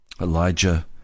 Elijah